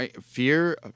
fear